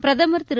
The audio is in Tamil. பிரதம் திரு